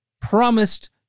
promised